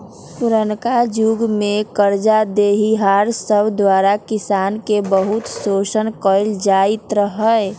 पुरनका जुग में करजा देनिहार सब द्वारा किसान के बहुते शोषण कएल जाइत रहै